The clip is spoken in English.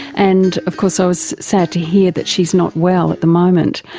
and of course i was sad to hear that she is not well at the moment.